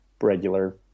regular